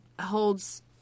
holds